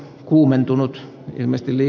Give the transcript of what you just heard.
kuumentunut rymisteli